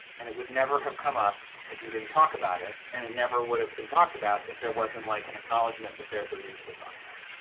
and it would never have come up if you didn't talk about it. and it never would have been talked about if there wasn't like an acknowledgment that there is a to talk about